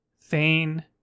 Thane